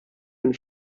minn